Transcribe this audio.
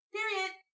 Period